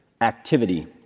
activity